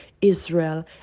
israel